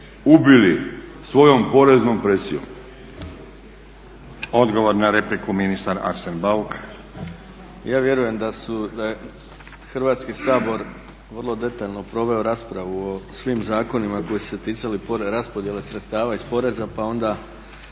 ubili svojom poreznom presijom. **Stazić, Nenad (SDP)** Odgovor na repliku, ministar Arsen Bauk. **Bauk, Arsen (SDP)** Ja vjerujem da je Hrvatski sabor vrlo detaljno proveo raspravu o svim zakonima koji su se ticali raspodjele sredstava iz poreza pa onda